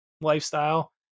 lifestyle